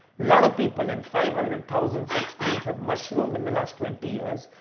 lot of people and five hundred thousand such schools have mushroomed in the last twenty years,